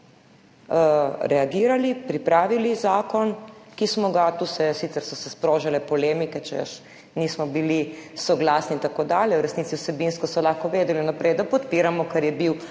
reagirali, pripravili zakon, ki smo ga, tu so se sicer sprožale polemike, češ, nismo bili soglasni in tako dalje, v resnici so vsebinsko lahko vedeli vnaprej, da podpiramo, ker je bil podoben